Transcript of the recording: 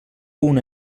una